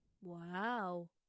Wow